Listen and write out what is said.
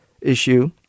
issue